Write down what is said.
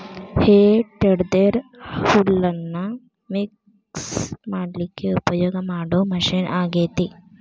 ಹೇ tedder ಹುಲ್ಲನ್ನ mix ಮಾಡ್ಲಿಕ್ಕೆ ಉಪಯೋಗ ಮಾಡೋ ಮಷೇನ್ ಆಗೇತಿ